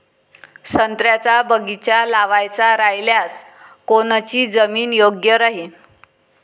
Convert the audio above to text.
संत्र्याचा बगीचा लावायचा रायल्यास कोनची जमीन योग्य राहीन?